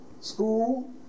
School